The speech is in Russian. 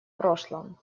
прошлом